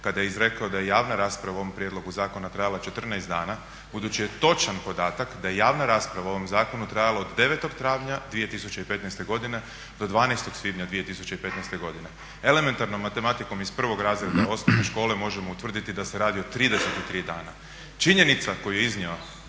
kada je izrekao da je javna rasprava o ovom prijedlogu zakona trajala 14 dana budući je točan podatak da je javna rasprava o ovom zakonu trajala od 9. travnja 2015. godine do 12. svibnja 2015. godine. Elementarnom matematikom iz prvog razreda osnovne škole možemo utvrditi da se radi o 33 dana. Činjenica koju je iznio